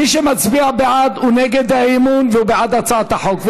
מי שמצביע בעד, הוא נגד האי-אמון ובעד הצעת החוק.